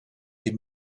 est